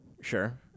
Sure